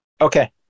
Okay